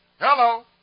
Hello